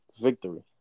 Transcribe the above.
victory